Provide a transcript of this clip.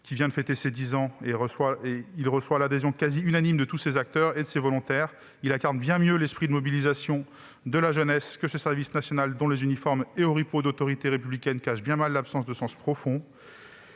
qui vient de fêter ses dix ans et qui reçoit l'adhésion quasi unanime de tous ses acteurs et de ses volontaires. Il incarne bien mieux l'esprit de mobilisation de la jeunesse que ce service national dont les uniformes et oripeaux d'autorité républicaine cachent bien mal l'absence de sens profond.